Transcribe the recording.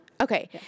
Okay